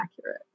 accurate